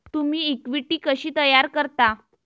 तुम्ही इक्विटी कशी तयार करता?